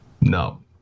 No